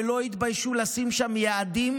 ולא התביישו לשים שם יעדים,